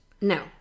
No